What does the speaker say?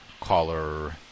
caller